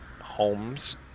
homes